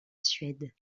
suède